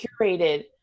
curated